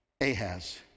Ahaz